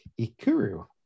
Ikuru